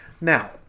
Now